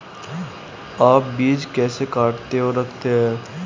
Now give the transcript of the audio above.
आप बीज कैसे काटते और रखते हैं?